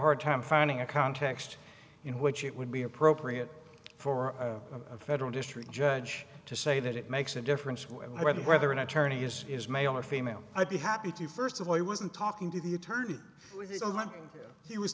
hard time finding a context in which it would be appropriate for a federal district judge to say that it makes a difference whether whether an attorney is male or female i'd be happy to first of all i wasn't talking to the attorney he was